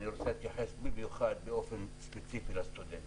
אני רוצה להתייחס במיוחד באופן ספציפי לסטודנטים,